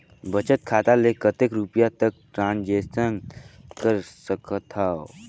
बचत खाता ले कतेक रुपिया तक ट्रांजेक्शन कर सकथव?